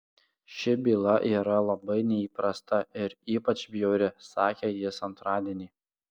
ši byla yra labai neįprasta ir ypač bjauri sakė jis antradienį